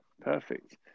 Perfect